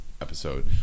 episode